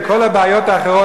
וכל הבעיות האחרות,